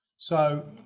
so,